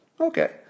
Okay